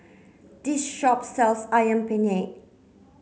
this shop sells Ayam Penyet